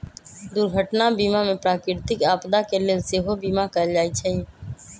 दुर्घटना बीमा में प्राकृतिक आपदा के लेल सेहो बिमा कएल जाइ छइ